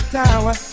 tower